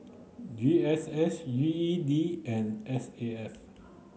G S S G E D and S A F